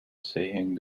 saying